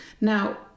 Now